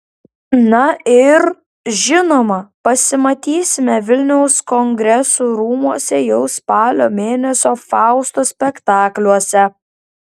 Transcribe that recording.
na ir žinoma pasimatysime vilniaus kongresų rūmuose jau spalio mėnesio fausto spektakliuose